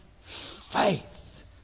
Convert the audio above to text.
faith